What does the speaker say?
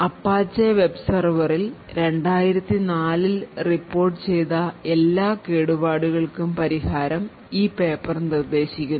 Apache web സെർവറിൽ 2004 ൽ report ചെയ്ത എല്ലാ കേടുപാടുകൾക്കും പരിഹാരം ഈ പേപ്പർ നിർദ്ദേശിക്കുന്നു